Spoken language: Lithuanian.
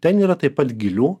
ten yra taip pat gilių